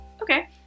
Okay